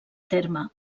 terme